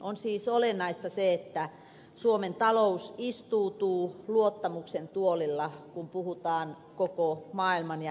on siis olennaista se että suomen talous istuu luottamuksen tuolilla kun puhutaan koko maailman ja euroopan taloudesta